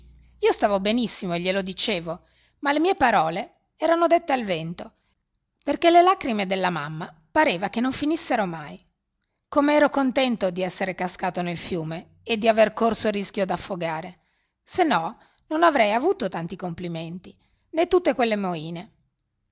io stavo benissimo e glielo dicevo ma le mie parole erano dette al vento perché le lacrime della mamma pareva che non finissero mai come ero contento di essere cascato nel fiume e di avere corso rischio di affogare se no non avrei avuto tanti complimenti né tutte quelle moine